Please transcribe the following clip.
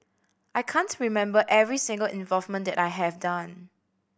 I can't remember every single involvement that I have done